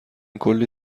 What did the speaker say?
کلی